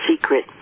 secret